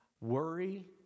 Worry